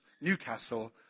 Newcastle